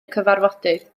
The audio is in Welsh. cyfarfodydd